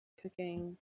Cooking